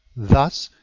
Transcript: thus